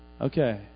Okay